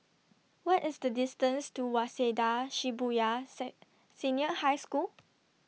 What IS The distance to Waseda Shibuya Said Senior High School